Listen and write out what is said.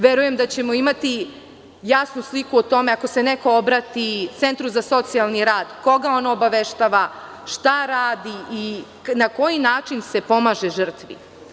Verujem da ćemo imati jasnu sliku o tome, ako se neko obrati centru za socijalni rad, koga ono obaveštava, šta radi i na koji način se pomaže žrtvi.